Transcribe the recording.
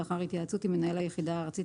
לאחר התייעצות עם מנהל היחידה הארצית